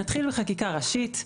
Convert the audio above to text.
נתחיל בחקיקה ראשית.